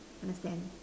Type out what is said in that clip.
understand